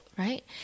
right